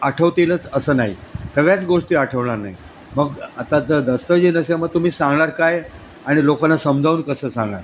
आठवतीलंच असं नाही सगळ्याच गोष्टी आठवणार नाही मग आता तर दस्तऐवजी नसेल मग तुम्ही सांगणार काय आणि लोकांना समजावून कसं सांगणार